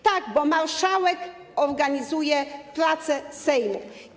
Tak, bo marszałek organizuje prace Sejmu.